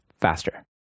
faster